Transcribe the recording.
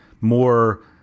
more